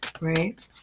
right